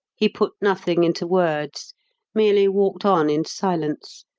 he put nothing into words merely walked on in silence,